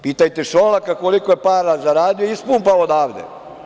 Pitajte Šolaka koliko je para zaradio, ispumpao odavde?